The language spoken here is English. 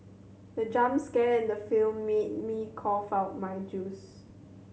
the jump scare in the film made me cough out my juice